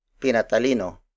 Pinatalino